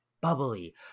bubbly